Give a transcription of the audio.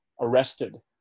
arrested